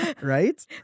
Right